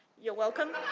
you're welcome.